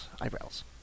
Eyebrows